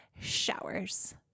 showers